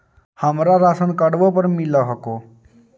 हमरा राशनकार्डवो पर मिल हको?